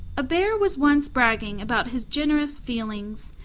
a bear was once bragging about his generous feelings,